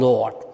Lord